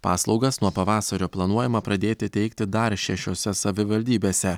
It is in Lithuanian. paslaugas nuo pavasario planuojama pradėti teikti dar šešiose savivaldybėse